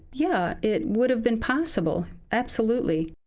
yeah, it would have been possible, absolutely.